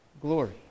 glory